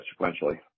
sequentially